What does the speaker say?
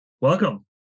Welcome